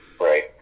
Right